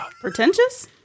pretentious